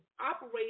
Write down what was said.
operate